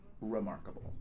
remarkable